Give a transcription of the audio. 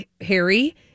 Harry